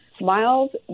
Miles